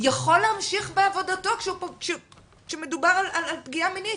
יכול להמשיך בעבודתו כשמדובר על פגיעה מינית,